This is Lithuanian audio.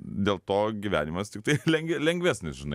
dėl to gyvenimas tiktai lengv lengvesnis žinai